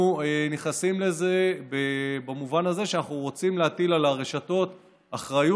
אנחנו נכנסים לזה במובן הזה שאנחנו רוצים להטיל על הרשתות אחריות,